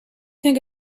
think